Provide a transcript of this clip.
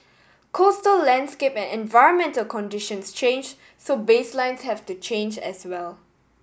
coastal landscape and environmental conditions change so baselines have to change as well